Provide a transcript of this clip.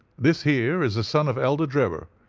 this here is the son of elder drebber,